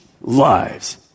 lives